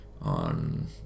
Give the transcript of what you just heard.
on